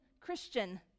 Christian